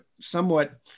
somewhat